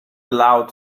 allowed